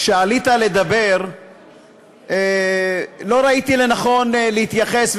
כשעלית לדבר לא ראיתי לנכון להתייחס,